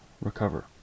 recover